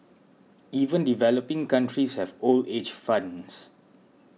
even developing countries have old age funds